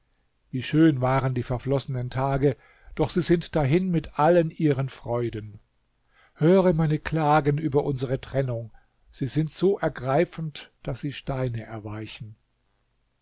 wie schön waren die verflossenen tage doch sie sind dahin mit allen ihren freuden höre meine klagen über unsere trennung sie sind so ergreifend daß sie steine erweichen